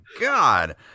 god